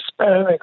Hispanics